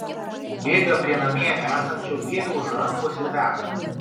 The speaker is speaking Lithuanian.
bėga prie namie esančio griebia už rankos ir veda